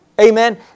Amen